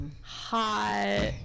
Hot